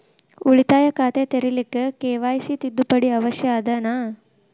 ಉಳಿತಾಯ ಖಾತೆ ತೆರಿಲಿಕ್ಕೆ ಕೆ.ವೈ.ಸಿ ತಿದ್ದುಪಡಿ ಅವಶ್ಯ ಅದನಾ?